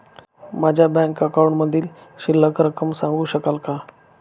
माझ्या बँक अकाउंटमधील शिल्लक रक्कम सांगू शकाल का?